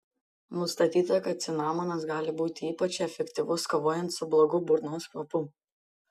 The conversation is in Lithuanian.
nustatyta kad cinamonas gali būti ypač efektyvus kovojant su blogu burnos kvapu